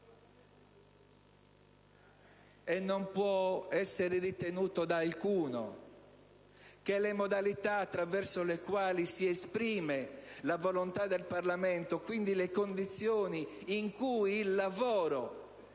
E non può essere ritenuto da alcuno che le modalità attraverso le quali si esprime la volontà del Parlamento - quindi le condizioni in cui il lavoro